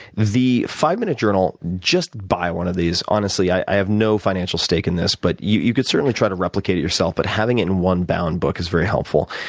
the five minute journal, just buy one of these. honestly, i have no financial stake in this but and you could certainly try to replicate it yourself but having it in one bound book is very helpful.